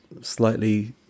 slightly